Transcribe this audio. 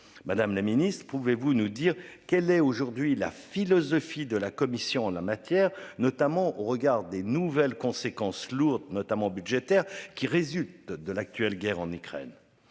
Madame la Ministre, pouvez-vous nous dire quelle est aujourd'hui la philosophie de la commission en la matière, notamment au regard des nouvelles conséquences lourdes notamment budgétaires qui résulte de l'actuelle guerre en Ukraine.